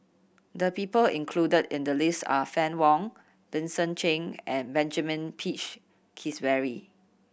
the people included in the list are Fann Wong Vincent Cheng and Benjamin Peach Keasberry